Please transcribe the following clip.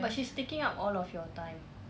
but she's taking taking up all of your time